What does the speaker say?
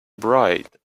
bright